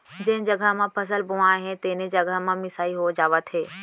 जेन जघा म फसल बोवाए हे तेने जघा म मिसाई हो जावत हे